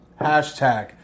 Hashtag